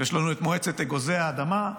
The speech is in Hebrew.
ויש לנו את מועצת אגוזי האדמה.